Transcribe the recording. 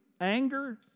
anger